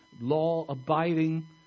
law-abiding